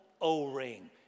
O-ring